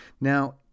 Now